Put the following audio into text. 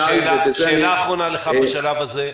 שאלה אחרונה אליך בשלב הזה,